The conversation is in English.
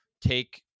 take